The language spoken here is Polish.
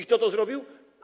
Kto to zrobił?